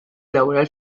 laboral